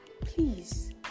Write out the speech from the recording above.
please